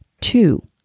Two